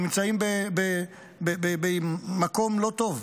הם נמצאים במקום לא טוב.